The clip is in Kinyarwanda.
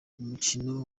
umukino